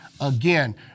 again